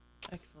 Excellent